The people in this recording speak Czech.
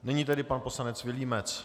Nyní tedy pan poslanec Vilímec.